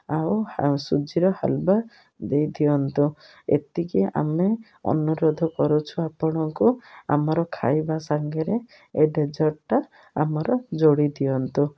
ଆଉ ସୁଜିର ହାଲବା ଦେଇ ଦିଅନ୍ତୁ ଏତିକି ଆମେ ଅନୁରୋଧ କରୁଛୁ ଆପଣଙ୍କୁ ଆମର ଖାଇବା ସାଙ୍ଗରେ ଏ ଡେଜର୍ଟଟା ଆମର ଯୋଡ଼ି ଦିଅନ୍ତୁ